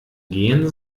gehn